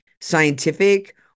scientific